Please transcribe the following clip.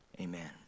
Amen